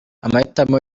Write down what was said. amahitamo